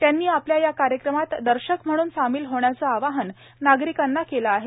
त्यांनी आपल्या हया कार्यक्रमात दर्शक म्हणून सामिल होण्याचं आवाहन नागरिकांना केलं आहे